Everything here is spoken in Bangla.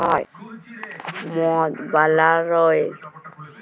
মদ বালালর পদ্ধতি অলেক লম্বা আর ধইর্যের সাথে ক্যইরতে হ্যয়